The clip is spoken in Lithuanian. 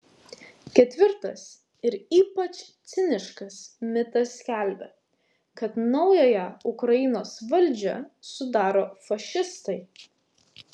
ketvirtas ir ypač ciniškas mitas skelbia kad naująją ukrainos valdžią sudaro fašistai